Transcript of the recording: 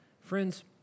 Friends